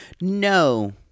No